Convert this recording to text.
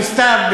וסתיו,